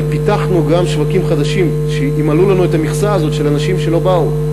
אבל פיתחנו גם שווקים חדשים שימלאו לנו את המכסה הזאת של אנשים שלא באו.